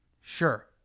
sure